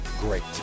great